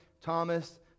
Thomas